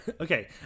Okay